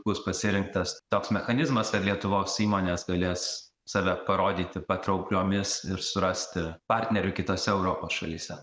bus pasirinktas toks mechanizmas lietuvos įmonės galės save parodyti patraukliomis ir surasti partnerių kitose europos šalyse